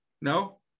No